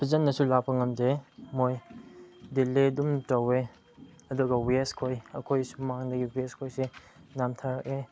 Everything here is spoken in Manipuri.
ꯐꯖꯅꯁꯨ ꯂꯥꯛꯄ ꯉꯝꯗꯦ ꯃꯣꯏ ꯗꯤꯜꯂꯦ ꯑꯗꯨꯝ ꯇꯧꯋꯦ ꯑꯗꯨꯒ ꯋꯦꯁ ꯈꯣꯏ ꯑꯩꯈꯣꯏ ꯁꯨꯃꯥꯡꯗꯒꯤ ꯋꯦꯁ ꯈꯣꯏꯁꯦ ꯌꯥꯝ ꯊꯟꯂꯛꯑꯦ